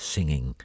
Singing